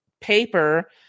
paper